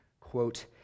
Quote